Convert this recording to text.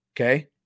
okay